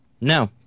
No